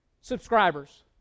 subscribers